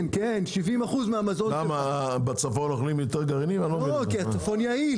כן, כי הוא יותר יעיל.